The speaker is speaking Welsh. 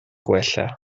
gwella